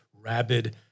rabid